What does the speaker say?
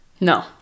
No